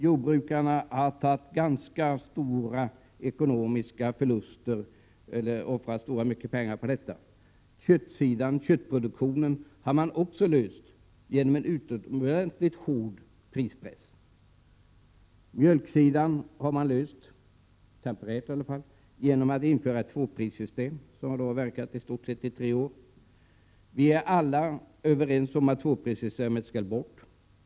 Jordbrukarna har gjort stora ekonomiska förluster på detta. Problemen som rör köttproduktionen har också lösts genom en utomordentligt hård prispress. Problemen med mjölkproduktionen har lösts, i alla fall temporärt, genom införandet av ett tvåprissystem, vilket i stort sett har verkat i tre år. Vi är alla överens om att tvåprissystemet skall bort.